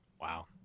Wow